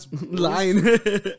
line